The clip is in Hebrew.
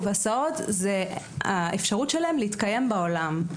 הסעות זו האפשרות שלהם להתקיים בעולם.